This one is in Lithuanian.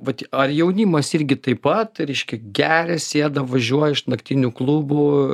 vat ar jaunimas irgi taip pat reiškia geria sėda važiuoja iš naktinių klubų